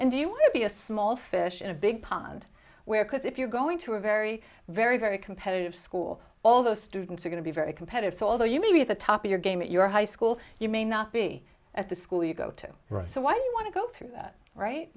and do you want to be a small fish in a big pond where because if you're going to a very very very competitive school all those students are going to be very competitive so although you may be at the top of your game at your high school you may not be at the school you go to write so why do you want to go through that right